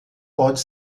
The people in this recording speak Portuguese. pode